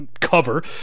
cover